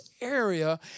area